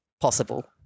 possible